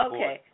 Okay